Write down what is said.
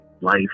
life